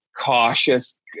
cautious